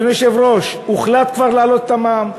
אדוני היושב-ראש, הוחלט כבר להעלות את המע"מ.